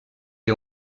est